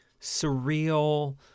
surreal